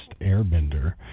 Airbender